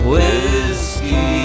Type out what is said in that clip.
Whiskey